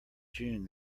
june